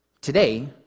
Today